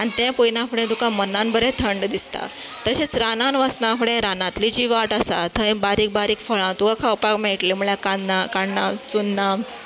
आनी तें पळयना फुडें तुकां मनान बरें थंड दिसता तशेंच रानांत वसना फुडें रानांतली जी वाट आसा थंय बारीक बारीक फळां तुका खावपाक मेळटले म्हळ्या कान्ना काण्णां चुन्नां